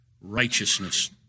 righteousness